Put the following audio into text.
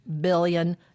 billion